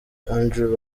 andrew